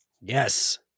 Yes